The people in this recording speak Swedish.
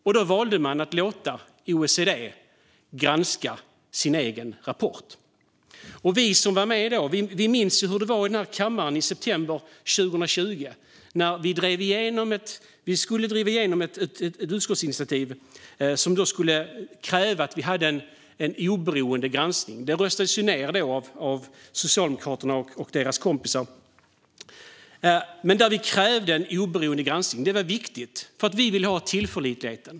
Man valde då att låta OECD granska sin egen rapport. Vi som var med minns hur det var i denna kammare i september 2020 när vi skulle driva igenom ett utskottsinitiativ med krav på en oberoende granskning, men det röstades ned av Socialdemokraterna och deras kompisar. Men vi krävde en oberoende granskning. Det var viktigt, för vi ville ha tillförlitlighet.